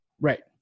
Right